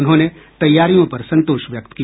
उन्होंने तैयारियों पर संतोष व्यक्त किया